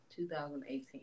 2018